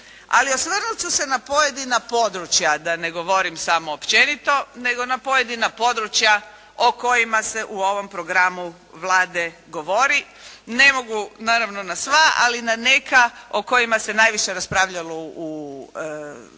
Ali osvrnut ću se na pojedina područja da ne govorim samo općenito nego na pojedina područja o kojima se u ovom programu Vlade govori. Ne mogu naravno na sva, ali na neka o kojima se najviše raspravljalo u